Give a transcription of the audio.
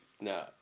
No